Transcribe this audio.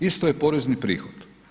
Isto je porezni prihod.